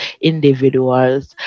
individuals